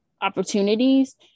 opportunities